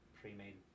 pre-made